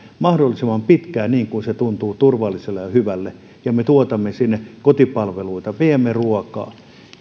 mahdollisimman pitkään niin kuin se tuntuu turvalliselle ja hyvälle ja me tuotamme sinne kotipalveluita viemme ruokaa